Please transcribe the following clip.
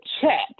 chat